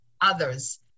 others